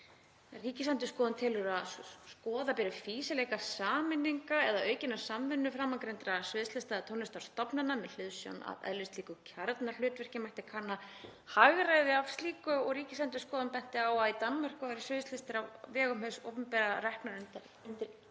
„Ríkisendurskoðun telur að skoða beri fýsileika sameininga eða aukinnar samvinnu framangreindra sviðslista- og tónlistarstofnana. Með hliðsjón af eðlislíku kjarnahlutverki mætti kanna hagræði af slíku. Ríkisendurskoðun bendir á að í Danmörku eru sviðslistir á vegum hins opinbera reknar undir